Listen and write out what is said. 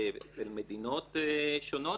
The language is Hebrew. במדינות שונות.